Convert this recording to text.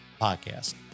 Podcast